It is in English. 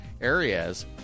areas